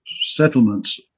settlements